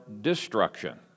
destruction